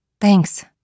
Thanks